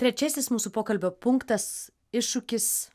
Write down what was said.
trečiasis mūsų pokalbio punktas iššūkis